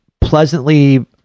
pleasantly